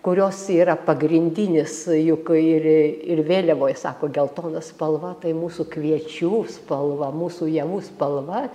kurios yra pagrindinis juk ir ir vėliavoj sako geltona spalva tai mūsų kviečių spalva mūsų javų spalva